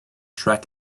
track